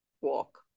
walk